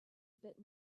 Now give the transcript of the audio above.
bit